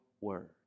word